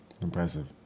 Impressive